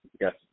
Yes